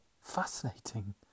fascinating